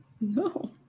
No